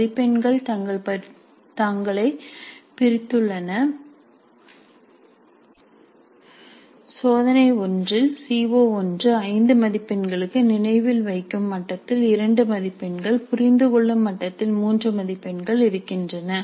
மதிப்பெண்கள் தங்களை பிரித்துள்ளன சோதனை 1 இல் சி ஓ1 5 மதிப்பெண்களுக்கு நினைவில் வைக்கும் மட்டத்தில் 2 மதிப்பெண்கள் புரிந்துகொள்ளும் மட்டத்தில் 3 மதிப்பெண்கள் இருந்தன